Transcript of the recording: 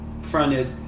fronted